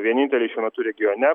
vieninteliai šiuo metu regione